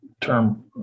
term